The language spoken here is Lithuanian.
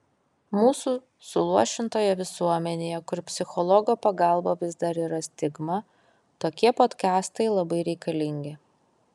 mūsų suluošintoje visuomenėje kur psichologo pagalba vis dar yra stigma tokie podkastai labai reikalingi